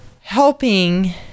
helping